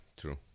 true